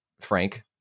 frank